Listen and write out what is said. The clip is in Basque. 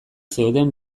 zeuden